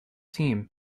team